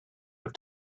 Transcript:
have